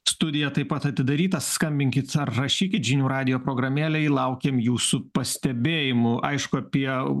studija taip pat atidaryta skambinkit ar rašykit žinių radijo programėlėj laukiam jūsų pastebėjimų aišku apie